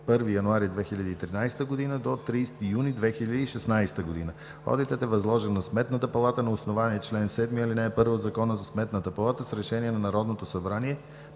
1 януари 2013 г. до 30 юни 2016 г. Одитът е възложен на Сметната палата на основание чл. 7, ал. 1 от Закона за Сметната палата с Решение на Народното събрание,